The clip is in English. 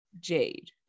Jade